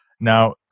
Now